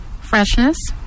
Freshness